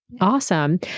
Awesome